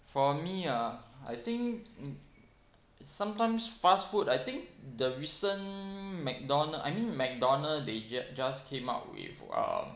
for me ah think sometimes fast food I think the recent McDonald I mean McDonald they ju~ just came out with um